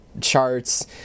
charts